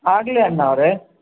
ಆಗಲಿ ಅಣ್ಣಾವ್ರೆ